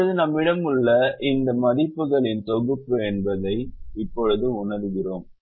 இப்போது நம்மிடம் உள்ள இந்த மதிப்புகளின் தொகுப்பு என்பதை இப்போது உணர்ந்தோம்